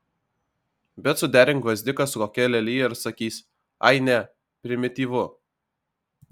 bet suderink gvazdiką su kokia lelija ir sakys ai ne primityvu